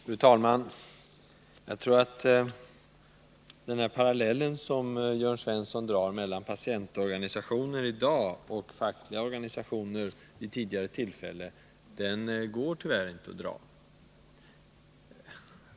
Fru talman! Jag tror att den parallell som Jörn Svensson drar mellan patientorganisationer i dag och fackliga organisationer vid tidigare tillfällen inte går att dra.